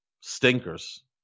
stinkers